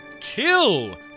kill